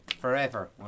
Forever